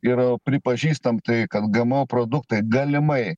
ir pripažįstam tai kad gmo produktai galimai